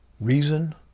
reason